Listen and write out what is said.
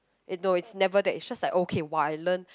it no it's never that it's just like okay while I learn